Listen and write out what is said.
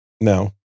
No